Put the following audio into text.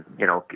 you know,